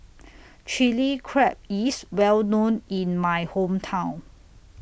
Chili Crab IS Well known in My Hometown